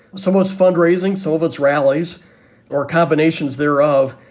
someone's fundraising, sullivan's rallies or combinations thereof.